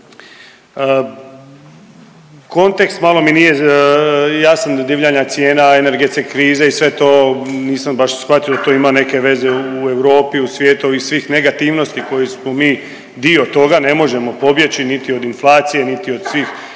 kontekst malo mi nije jasan do divljanja cijena, energetske krize i sve to, nisam baš shvatio, to ima neke veze u Europi, u svijetu, ovih svih negativnosti kojih smo mi dio toga, ne možemo pobjeći niti od inflacije, niti od svih